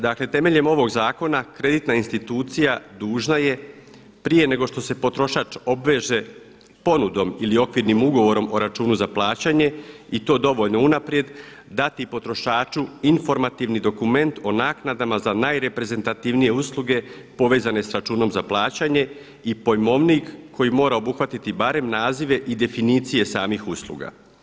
Dakle temeljem ovog zakona kreditna institucija dužna je prije nego što se potrošač obveže ponudom ili okvirnim ugovorom o računu za plaćanje i to dovoljno unaprijed dati potrošaču informativni dokument o naknadama za najreprezentativnije usluge povezane sa čunom za plaćanje i pojmovnik koji mora obuhvatiti barem nazive i definicije samih usluga.